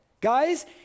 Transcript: Guys